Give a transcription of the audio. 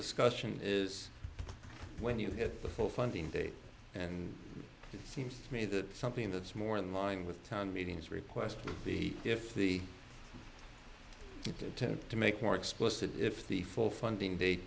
discussion is when you get the full funding date and it seems to me that something that's more than line with town meetings request would be if the attempt to make more explicit if the full funding